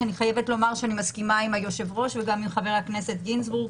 ואני חייבת לומר שאני מסכימה עם היושב-ראש וגם עם חבר הכנסת גינזבורג,